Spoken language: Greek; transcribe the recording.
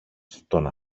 στον